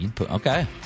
Okay